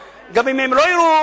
גם אם הם לא יראו,